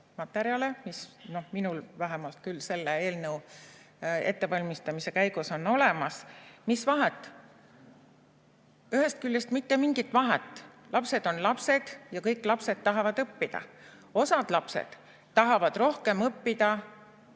materjale, mis minul vähemalt küll selle eelnõu ettevalmistamise käigus on olemas. Mis vahet? Ühest küljest mitte mingit vahet, lapsed on lapsed ja kõik lapsed tahavad õppida. Osad lapsed tahavad rohkem õppida